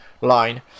line